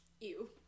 Ew